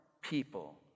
people